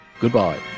goodbye